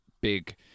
big